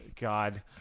god